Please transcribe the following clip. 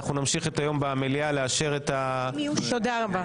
אנחנו נמשיך את היום במליאה לאשר --- תודה רבה.